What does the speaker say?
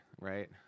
Right